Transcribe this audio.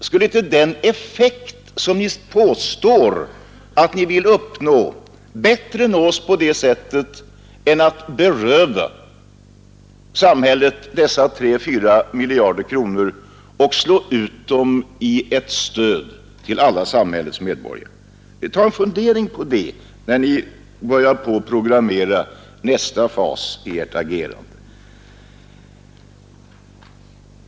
Skulle inte den effekt som ni påstår att ni vill uppnå bättre uppnås på det sättet än genom att beröva samhället dessa 3 eller 4 miljarder kronor och slå ut dem i ett stöd till alla samhällets medborgare? Ta en funderare på detta innan ni börjar programmera nästa fas i ert agerande!